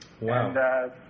wow